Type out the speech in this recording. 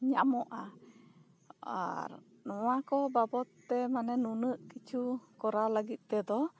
ᱧᱟᱢᱚᱜᱼᱟ ᱟᱨ ᱱᱚᱣᱟ ᱠᱚ ᱵᱟᱵᱚᱛ ᱛᱮ ᱢᱟᱱᱮ ᱱᱩᱱᱟᱹᱜ ᱠᱤᱪᱷᱩ ᱠᱚᱨᱟᱣ ᱞᱟᱹᱜᱤᱫ ᱛᱮᱫᱚ